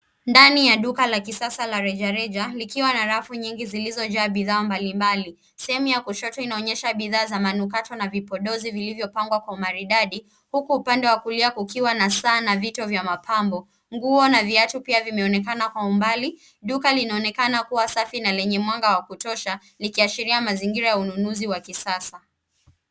Ndani ya duka la kisasa la rejareja likiwa na rafu nyingi zilizojaa bidhaa mbalimbali .Sehemu ya kushoto inaonyesha bidhaa za manukato na vipodozi vilivyopangwa kwa umaridadi huku upande wa kulia kukiwa na saa na fito vya mapambo. Nguo na viatu pia vinaonekana kwa umbali. Duka linaonekana kuwa safi na lenye mwanga wa kutosha likiashiria mazingira ya ununuzi wa kisasa.